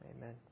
Amen